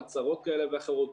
הצהרות כאלה ואחרות,